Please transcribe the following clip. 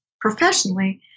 professionally